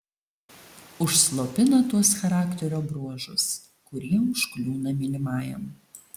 užslopina tuos charakterio bruožus kurie užkliūna mylimajam